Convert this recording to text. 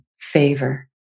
favor